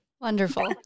Wonderful